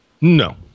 No